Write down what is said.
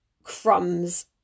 crumbs